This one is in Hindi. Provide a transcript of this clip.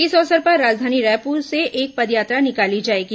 इस अवसर पर राजधानी रायपुर से एक पदयात्रा निकाली जाएगी